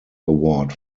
award